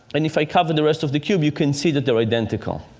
and if i cover the rest of the cube, you can see that they are identical.